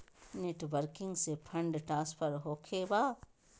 Net banking से fund transfer होखें बा?